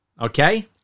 Okay